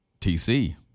TC